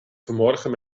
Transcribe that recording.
vanmorgen